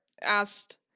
asked